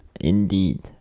indeed